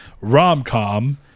rom-com